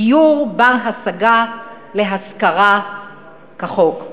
דיור בר-השגה להשכרה כחוק?